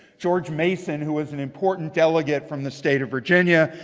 george mason, who was an important delegate from the state of virginia,